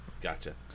Gotcha